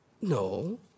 No